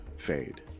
fade